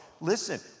listen